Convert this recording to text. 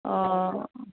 অ